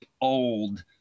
old